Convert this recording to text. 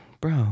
Bro